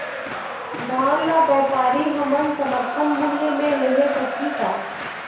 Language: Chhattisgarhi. धान ला व्यापारी हमन समर्थन मूल्य म ले सकही का?